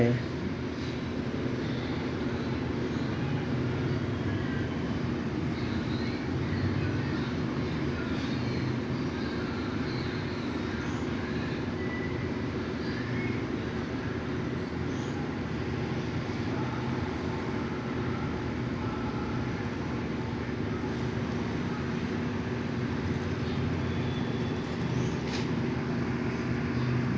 हमार कार्ड खोजेई तो की करवार है?